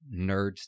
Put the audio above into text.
nerds